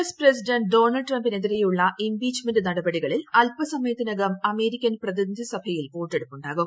S president Donald ട്രംപിനെതിരെയുള്ള impeachment നടപടികളിൽ അൽപ്പസമയത്തിനകം അമേരിക്കൻ പ്രതിനിധി സഭയിൽ വോട്ടെടുപ്പുണ്ടാകും